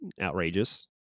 outrageous